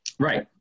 Right